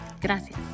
Gracias